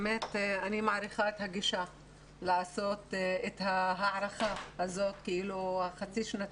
באמת אני מעריכה את הגישה לעשות את ההערכה הזאת החצי שנתית,